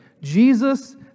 Jesus